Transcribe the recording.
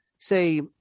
say